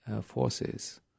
forces